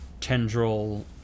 tendril